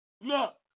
Look